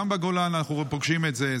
גם בגולן אנחנו פוגשים את זה.